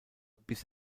bis